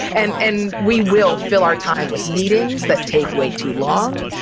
and and we will fill our time with meetings that take way too long,